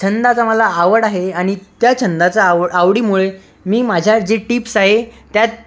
छंदाचा मला आवड आहे आणि त्या छंदाचा आवड आवडीमुळे मी माझ्या जे टीप्स आहे त्यात